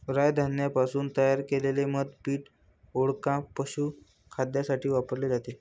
राय धान्यापासून तयार केलेले मद्य पीठ, वोडका, पशुखाद्यासाठी वापरले जाते